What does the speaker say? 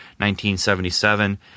1977